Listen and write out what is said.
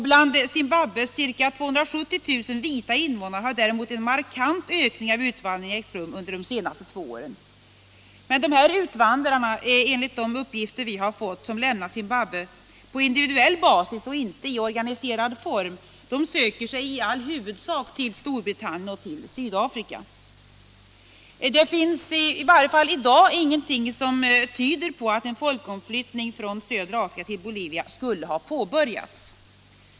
Bland Zimbabwes ca 270 000 vita invånare har däremot en markant ökning av utvandringen ägt rum under de senaste två åren. Vissa utvandrare — som lämnar Zimbabwe på individuell basis och inte i organiserad form — söker sig enligt de uppgifter vi har fått huvudsakligen till Storbritannien och Sydafrika. Det finns i varje fall i dag inget som tyder på att en folkomflyttning från södra Afrika till Bolivia skulle ha påbörjats.